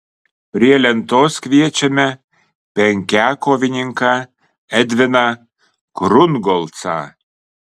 prie lentos kviečiame penkiakovininką edviną krungolcą